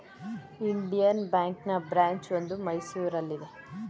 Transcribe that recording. Indian ಬ್ಯಾಂಕ್ನ branch ಒಂದು ಮೈಸೂರಲ್ಲಿದೆ